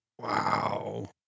Wow